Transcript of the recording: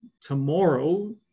tomorrow